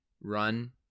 run